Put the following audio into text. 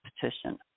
petition